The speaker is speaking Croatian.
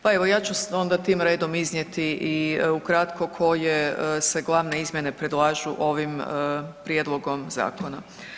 Pa evo ja ću onda tim redom iznijeti i ukratko koje se glavne izmjene predlažu ovim prijedlogom zakona.